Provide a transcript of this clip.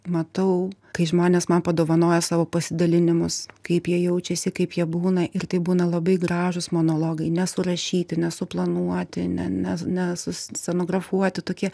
matau kai žmonės man padovanoja savo pasidalinimus kaip jie jaučiasi kaip jie būna ir tai būna labai gražūs monologai nesurašyti nesuplanuoti ne ne nesu scenografuoti tokie